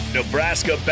Nebraska